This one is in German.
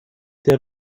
der